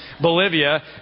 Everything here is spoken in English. Bolivia